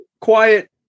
quiet